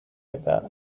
about